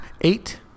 eight